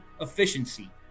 efficiency